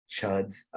chuds